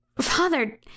Father